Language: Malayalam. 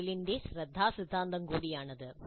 മെറിലിന്റെ ശ്രദ്ധാസിദ്ധാന്തം കൂടിയാണിത്